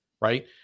right